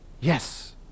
Yes